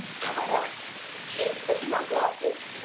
number one. she is putting on glasses.